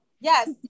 Yes